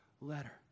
letter